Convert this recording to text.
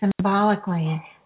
symbolically